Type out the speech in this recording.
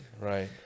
Right